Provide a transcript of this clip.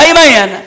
Amen